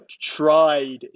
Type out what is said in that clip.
tried